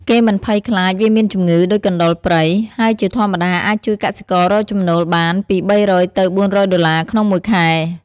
គេមិនភ័យខ្លាចវាមានជំងឹដូចកណ្តុរព្រៃ ហើយជាធម្មតាអាចជួយកសិកររកចំណូលបានពី ៣០០ ទៅ ៤០០ដុល្លារ ក្នុងមួយខែ។